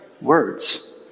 words